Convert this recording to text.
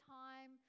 time